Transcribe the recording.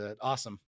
awesome